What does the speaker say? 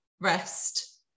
rest